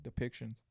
depictions